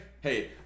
Hey